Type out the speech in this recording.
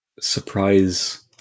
surprise